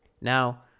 Now